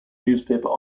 newspaper